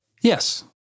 Yes